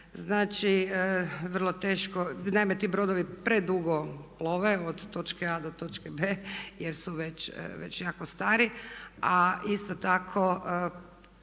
Znači vrlo teško, naime ti brodovi predugo plove od točke A do to točke B jer su već jako stari, a isto tako